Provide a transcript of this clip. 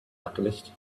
alchemist